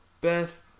best